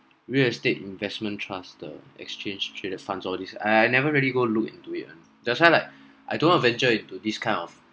real estate investment trust the exchange traded funds all these I I never really go look into it lah that's why like I don't have venture into this kind of